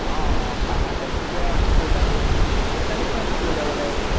অ অ পাৰি তাত মানে পইচাটো পইচাটো কিমান মান লৈ যাব লাগিব